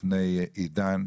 לפני עידן,